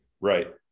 Right